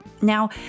Now